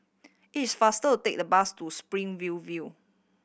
it is faster to take the bus to Spring View View